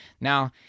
Now